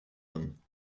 them